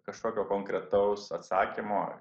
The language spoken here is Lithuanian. kažkokio konkretaus atsakymo